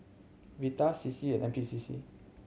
Vital C C and N P C C